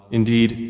Indeed